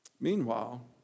Meanwhile